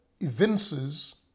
evinces